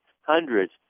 hundreds